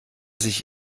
sich